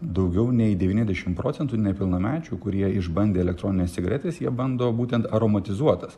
daugiau nei devyniasdešimt procentų nepilnamečių kurie išbandė elektronines cigaretes jie bando būtent aromatizuotas